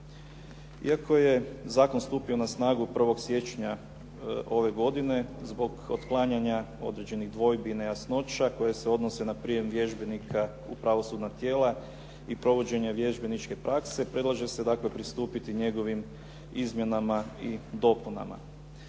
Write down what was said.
Iako je zakon stupio na snagu 1. siječnja ove godine zbog otklanjanja određenih dvojbi i nejasnoća koje se odnose na prijem vježbenika u pravosudna tijela i provođenje vježbeničke prakse predlaže se dakle pristupiti njegovim izmjenama i dopunama.